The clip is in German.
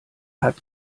hat